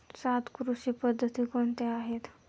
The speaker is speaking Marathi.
सात कृषी पद्धती कोणत्या आहेत?